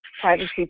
privacy